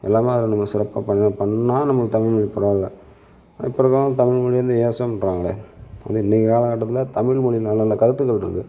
எல்லாமே நம்ம அதில் சிறப்பாக பண்ணுவோம் பண்ணால் நம்ம தமிழ் மொழி பரவாயில்ல அப்புறந்தான் தமிழ் மொழி இந்த யாசோன்றாங்களே அதுவும் இன்னைக்கு காலகட்டத்தில் தமிழ் மொழி மேலே நல்ல கருத்துக்கள் இருக்குது